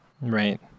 right